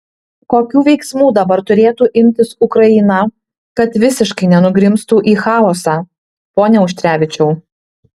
kokių veiksmų dabar turėtų imtis ukraina kad visiškai nenugrimztų į chaosą pone auštrevičiau